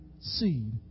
seed